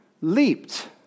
leaped